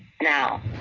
Now